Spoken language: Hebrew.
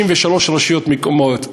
63 רשויות מקומיות,